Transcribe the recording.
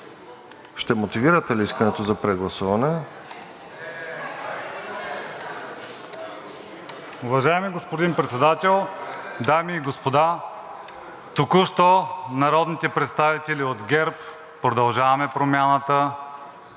Ще мотивирате ли искането за прегласуване?